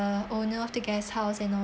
owner of the guesthouse and all